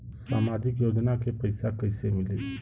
सामाजिक योजना के पैसा कइसे मिली?